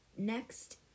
Next